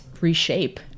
reshape